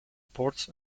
ports